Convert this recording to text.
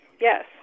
Yes